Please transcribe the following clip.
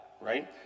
right